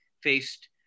faced